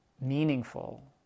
meaningful